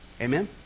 Amen